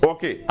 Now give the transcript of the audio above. Okay